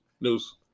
News